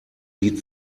lied